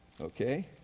Okay